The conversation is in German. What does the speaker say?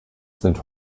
sind